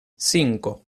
cinco